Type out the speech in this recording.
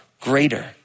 greater